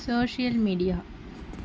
social media